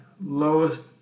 lowest